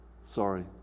Sorry